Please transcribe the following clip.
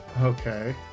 Okay